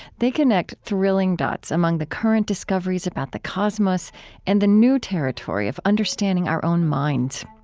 they connect thrilling dots among the current discoveries about the cosmos and the new territory of understanding our own minds.